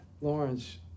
Lawrence